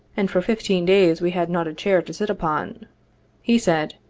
and for fifteen days we had not a chair to sit upon he said,